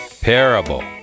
Parable